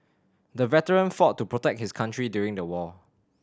the veteran fought to protect his country during the war